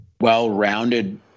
well-rounded